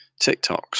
TikToks